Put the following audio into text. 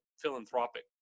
philanthropic